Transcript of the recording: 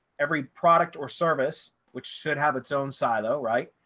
every product or service, which should have its own silo, right?